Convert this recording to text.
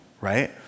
right